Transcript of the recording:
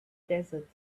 desert